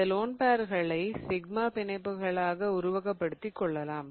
இந்த லோன் பேர்களை சிக்மா பிணைப்புகளாக உருவகப்படுத்திக் கொள்ளலாம்